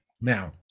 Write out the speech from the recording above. now